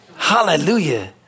Hallelujah